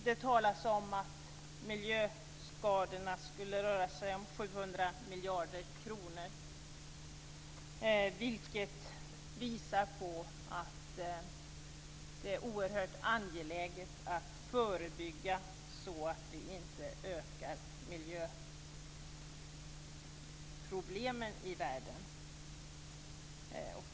Det talas om att miljöskadorna skulle röra sig om 700 miljarder kronor, vilket visar på att det är oerhört angeläget att förebygga så att vi inte ökar miljöproblemen i världen.